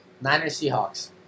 Niners-Seahawks